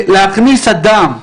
להכניס אדם לחשש,